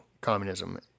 communism